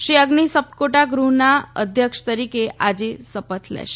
શ્રી અઝ્નિ સપ્કોટા ગૃહના અધ્યક્ષ તરીકે આજે શપથ લેશે